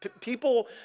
People